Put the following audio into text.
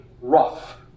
rough